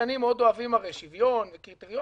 משפטנים מאוד אוהבים הרי שוויון וקריטריונים,